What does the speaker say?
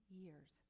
years